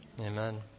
Amen